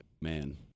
Man